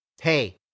hey